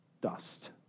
dust